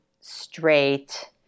straight